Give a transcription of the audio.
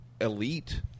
elite